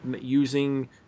using